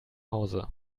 hause